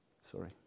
Sorry